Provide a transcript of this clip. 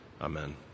Amen